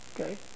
Okay